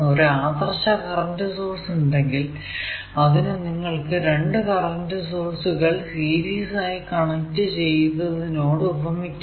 ഒരു ആദർശ current source ഉണ്ടെങ്കിൽ അതിനെ നിങ്ങൾക്കു രണ്ടു കറന്റ് സോഴ്സുകൾ സീരീസ് ആയി കണക്ട് ചെയ്തതിനോട് ഉപമിക്കാം